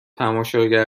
تماشاگر